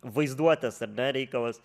vaizduotės ar ne reikalas